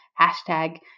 hashtag